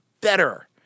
better